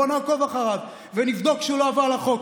בוא נעקוב אחריו ונבדוק שהוא לא עבר על החוק.